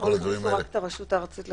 פה הכניסו רק את הרשות הארצית לכבאות.